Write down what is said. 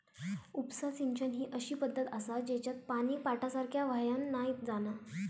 उपसा सिंचन ही अशी पद्धत आसा जेच्यात पानी पाटासारख्या व्हावान नाय जाणा